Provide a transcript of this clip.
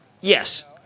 Yes